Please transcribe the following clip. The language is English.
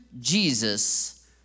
Jesus